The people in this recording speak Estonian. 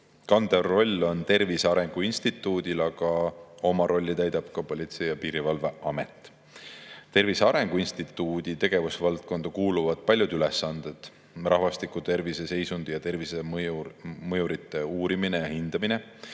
Kandev roll on Tervise Arengu Instituudil, aga oma rolli täidab ka Politsei‑ ja Piirivalveamet. Tervise Arengu Instituudi tegevusvaldkonda kuuluvad paljud ülesanded: rahvastiku terviseseisundi ja tervisemõjurite uurimine ja hindamine,